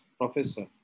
professor